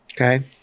okay